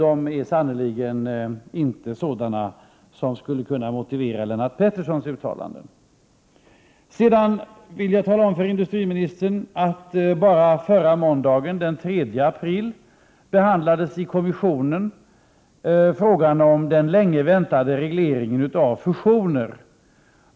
De är sannerligen inte sådana att de skulle kunna motivera Lennart Petterssons uttalanden. Sedan vill jag även tala om för industriministern att så sent som förra måndagen, den 3 april, behandlade kommissionen frågan om den länge väntade regleringen av fusioner.